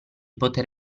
poter